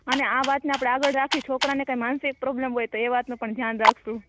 અને આ વાતને આપણે આગળ રાખી છોકરાને કાંઇ માનસિક પ્રોબ્લમ હોય તો એ વાતનું પણ ધ્યાન રાખશું